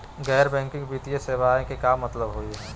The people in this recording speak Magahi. गैर बैंकिंग वित्तीय सेवाएं के का मतलब होई हे?